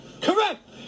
Correct